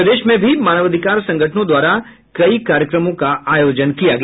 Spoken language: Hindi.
प्रदेश में भी मानवाधिकार संगठनों द्वारा कई कार्यक्रमों का आयोजन किया गया